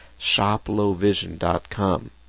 shoplowvision.com